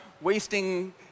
wasting